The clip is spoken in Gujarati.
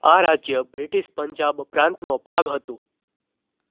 આ રાજ્ય બ્રિટિશ પંજાબ પ્રાંતનો ભાગ હતું